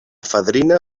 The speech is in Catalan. fadrina